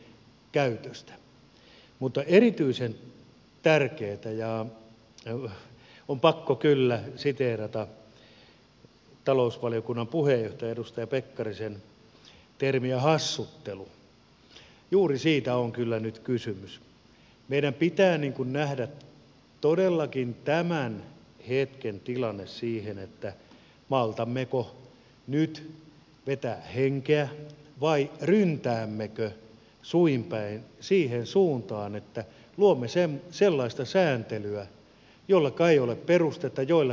mutta erityisen tärkeätä on ja on pakko kyllä siteerata talousvaliokunnan puheenjohtajan edustaja pekkarisen termiä hassuttelu sillä juuri siitä on kyllä nyt kysymys että meidän pitää nähdä todellakin tämän hetken tilanne siinä maltammeko nyt vetää henkeä vai ryntäämmekö suin päin siihen suuntaan että luomme sellaista sääntelyä jolleka ei ole perustetta jolleka ei ole tarvetta